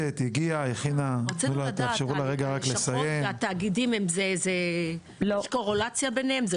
לדעת, הלשכות, התאגידים, יש קורלציה ביניהם?